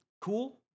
cool